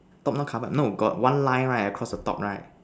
top not covered no got one line right across the top right